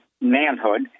manhood